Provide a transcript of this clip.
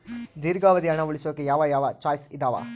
ದೇರ್ಘಾವಧಿ ಹಣ ಉಳಿಸೋಕೆ ಯಾವ ಯಾವ ಚಾಯ್ಸ್ ಇದಾವ?